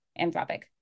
anthropic